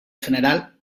general